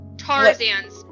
Tarzan's